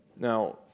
Now